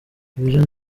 ibyo